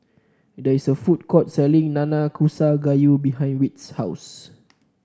there is a food court selling Nanakusa Gayu behind Whit's house